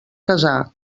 casar